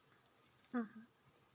mmhmm